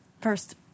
first